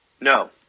No